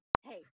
hey